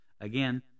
Again